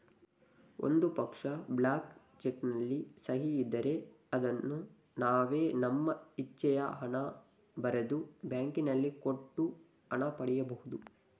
ಒಂದು ಪಕ್ಷ, blank cheque ನಲ್ಲಿ ಸಹಿ ಇದ್ದರೆ ಅದನ್ನು ನಾವೇ ನಮ್ಮ ಇಚ್ಛೆಯ ಹಣ ಬರೆದು, ಬ್ಯಾಂಕಿನಲ್ಲಿ ಕೊಟ್ಟು ಹಣ ಪಡಿ ಬಹುದು